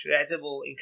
incredible